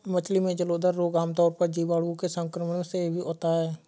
मछली में जलोदर रोग आमतौर पर जीवाणुओं के संक्रमण से होता है